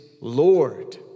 Lord